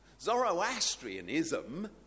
Zoroastrianism